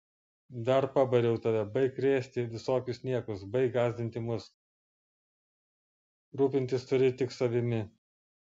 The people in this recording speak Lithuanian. dar pabariau tave baik krėsti visokius niekus baik gąsdinti mus rūpintis turi tik savimi